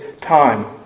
time